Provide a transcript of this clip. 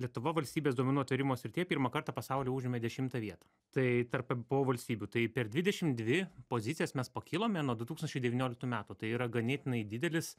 lietuva valstybės duomenų atvėrimo srityje pirmą kartą pasaulyje užėmė dešimtą vietą tai tarp ebpo valstybių tai per dvidešim dvi pozicijas mes pakilome nuo du tūkstančiai devynioliktų metų tai yra ganėtinai didelis